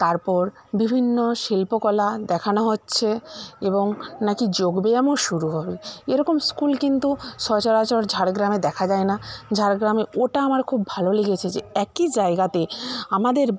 তারপর বিভিন্ন শিল্পকলা দেখানো হচ্ছে এবং না কি যোগব্যায়ামও শুরু হবে এরকম স্কুল কিন্তু সচরাচর ঝাড়গ্রামে দেখা যায় না ঝাড়গ্রামে ওটা আমার খুব ভালো লেগেছে যে একই জায়গাতে আমাদের